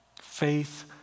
Faith